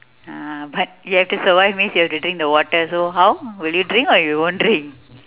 ah but you have to survive means you have to drink the water so how will you drink or you won't drink